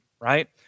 right